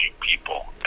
people